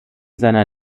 seiner